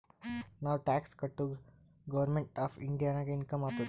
ನಾವ್ ಟ್ಯಾಕ್ಸ್ ಕಟುರ್ government of ಇಂಡಿಯಾಗ ಇನ್ಕಮ್ ಆತ್ತುದ್